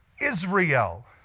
Israel